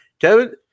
Kevin